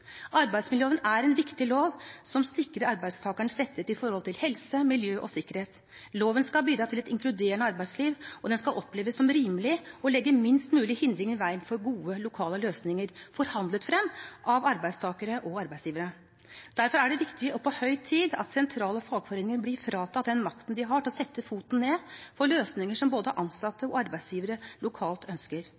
Arbeidsmiljøloven er en viktig lov som sikrer arbeidstakerens rettigheter med tanke på helse, miljø og sikkerhet. Loven skal bidra til et inkluderende arbeidsliv, og den skal oppleves som rimelig og legge minst mulig hindringer i veien for gode, lokale løsninger forhandlet frem av arbeidstakere og arbeidsgivere. Derfor er det viktig og på høy tid at sentrale fagforeninger blir fratatt den makten de har til å sette foten ned for løsninger som både ansatte og arbeidsgivere lokalt ønsker.